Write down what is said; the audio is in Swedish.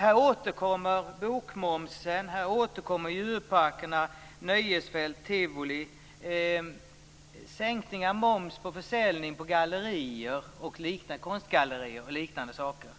Här återkommer bokmoms, djurparker, nöjesfält, tivolin, sänkning av moms vid försäljning på konstgallerier och liknande saker.